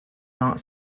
not